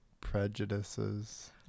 prejudices